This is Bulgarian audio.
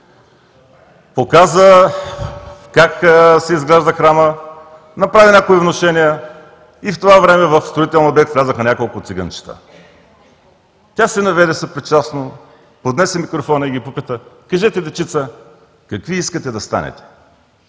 Показа как се изгражда храмът, направи някои внушения и в това време в строителния обект влязоха няколко циганчета. Тя се наведе съпричастно, поднесе микрофона и ги попита: „Кажете дечица, какви искате да станете?“